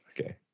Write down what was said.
okay